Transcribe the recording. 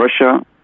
Russia